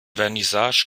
vernissage